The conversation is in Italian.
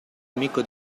amico